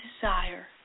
desire